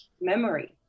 memory